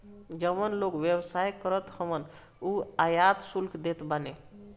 जवन लोग व्यवसाय करत हवन उ आयात शुल्क देत बाने